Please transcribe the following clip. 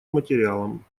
материалом